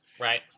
Right